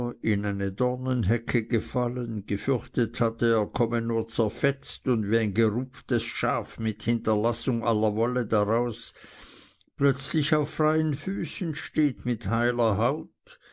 in eine dornenhecke gefallen gefürchtet hatte er komme nur zerfetzt und wie ein gerupftes schaf mit hinterlassung aller wolle daraus plötzlich auf freien füßen steht mit heiler haut